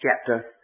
chapter